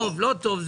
טוב, לא טוב?